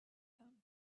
them